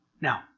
Now